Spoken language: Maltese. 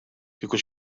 kieku